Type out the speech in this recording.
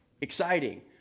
exciting